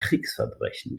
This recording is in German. kriegsverbrechen